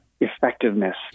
effectiveness